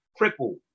cripple